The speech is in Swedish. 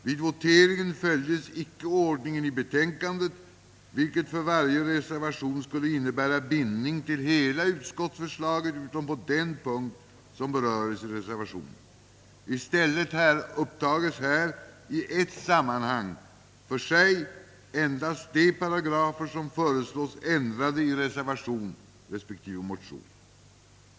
Vid voteringen följes icke ordningen i betänkandet . I stället upptages här i ett sammanhang för sig endast de paragrafer som föreslås ändrade i reservation .